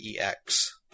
EX